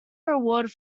reward